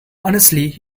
honestly